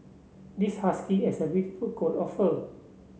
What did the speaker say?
this husky has a beautiful coat of fur